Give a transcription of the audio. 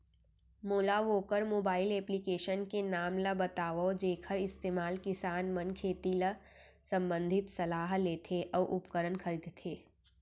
मोला वोकर mobile application के नाम ल बतावव जेखर इस्तेमाल किसान मन खेती ले संबंधित सलाह लेथे अऊ उपकरण खरीदथे?